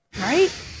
right